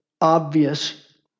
obvious